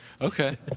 Okay